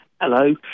Hello